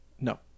No